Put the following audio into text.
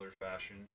fashion